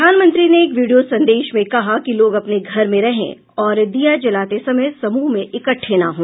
प्रधानमंत्री ने एक वीडियो संदेश में कहा कि लोग अपने घर में रहें और दिया जलाते समय समूह में इकट्टे न हों